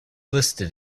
listed